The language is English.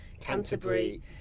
Canterbury